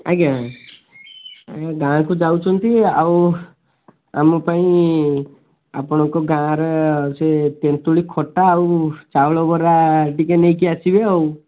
ଆଜ୍ଞା ଆମ ଗାଁକୁ ଯାଉଛନ୍ତି ଆଉ ଆମ ପାଇଁ ଆପଣଙ୍କ ଗାଁରେ ସେ ତେନ୍ତୁଳି ଖଟା ଆଉ ଚାଉଳ ବରା ଟିକେ ନେଇକି ଆସିବେ ଆଉ